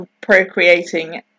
procreating